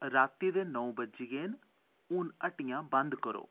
राती दे नौ बज्जी गै न हून हट्टियां बन्द करो